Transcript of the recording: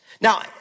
Now